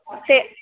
ਅਤੇ